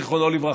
זיכרונו לברכה.